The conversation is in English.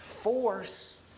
force